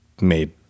made